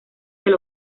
del